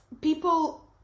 people